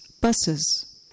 buses